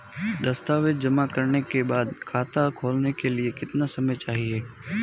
दस्तावेज़ जमा करने के बाद खाता खोलने के लिए कितना समय चाहिए?